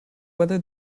whether